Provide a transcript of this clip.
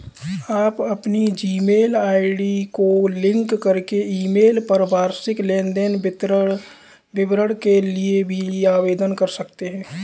आप अपनी Gmail ID को लिंक करके ईमेल पर वार्षिक लेन देन विवरण के लिए भी आवेदन कर सकते हैं